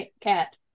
Cat